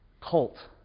cult